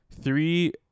three